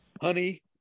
honey